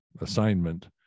assignment